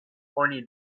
oni